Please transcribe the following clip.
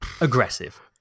aggressive